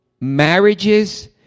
Marriages